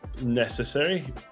necessary